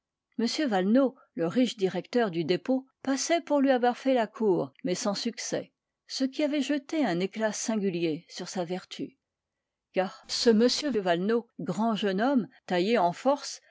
m valenod le riche directeur du dépôt passait pour lui avoir fait la cour mais sans succès ce qui avait jeté un éclat singulier sur sa vertu car ce m valenod grand jeune homme taillé en force